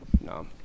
No